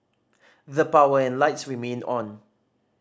the power and lights remained on